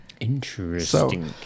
Interesting